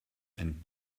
and